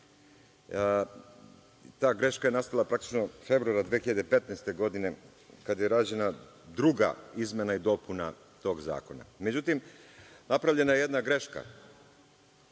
Ta greška je nastala praktično u februaru 2015. godine kada je rađena druga izmena i dopuna tog zakona.Međutim, napravljena je jedna greška.